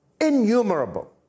innumerable